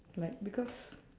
like because